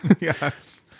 Yes